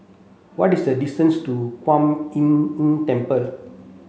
what is the distance to Kuan Im Tng Temple